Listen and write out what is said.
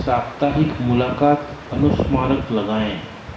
साप्ताहिक मुलाक़ात अनुस्मारक लगाएँ